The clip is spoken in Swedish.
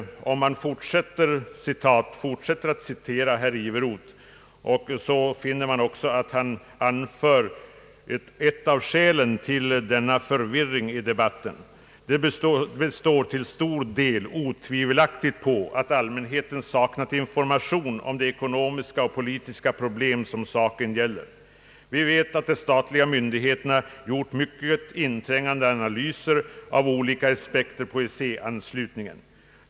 Om man fortsätter att citera herr Iveroth, finner man också att han som ett av skälen till denna förvirrande debatt anser »att allmänheten saknat information om de ekonomiska och politiska problem som saken gäller». Herr Iveroth fortsätter: »Vi vet att de statliga myndigheterna gjort mycket inträngande analyser av olika aspekter på EEC-anslutningen.